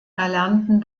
erlernten